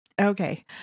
Okay